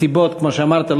כמו שאמרת,